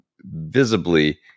visibly